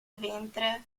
ventre